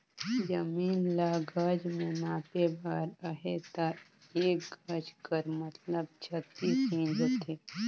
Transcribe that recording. जमीन ल गज में नापे बर अहे ता एक गज कर मतलब छत्तीस इंच होथे